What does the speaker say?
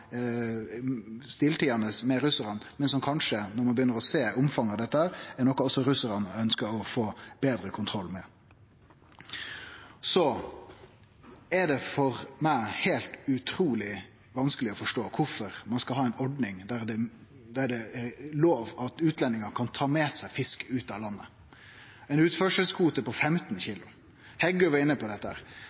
stilltiande, med russarane, men som kanskje – når ein begynner å sjå omfanget av dette – er noko også russarane ønskjer å få betre kontroll med. Så er det for meg heilt utruleg vanskeleg å forstå kvifor ein skal ha ei ordning der det er lov for utlendingar å ta med seg fisk ut av landet, med ei utførselskvote på 15 kg. Representanten Heggø var inne på dette.